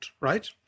right